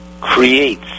creates